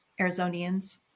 Arizonians